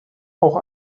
auch